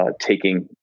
taking